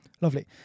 Lovely